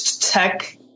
tech